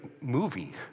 movie